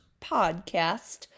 podcast